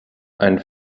ein